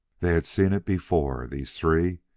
they had seen it before, these three,